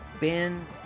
ben